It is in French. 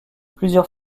plusieurs